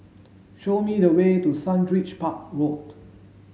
show me the way to Sundridge Park Road